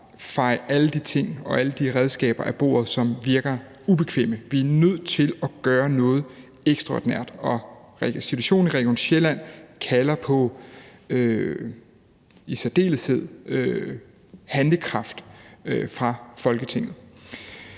feje alle de ting og alle de redskaber af bordet, som virker ubekvemme. Vi er nødt til at gøre noget ekstraordinært, og situationen i Region Sjælland kalder i særdeleshed på handlekraft fra Folketinget.